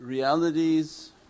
Realities